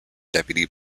deputy